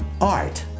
art